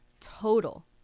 total